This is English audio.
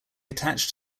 attached